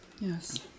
Yes